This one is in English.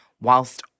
whilst